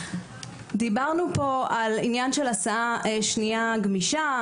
דיברנו פה על עניין של הסעה שנייה גמישה,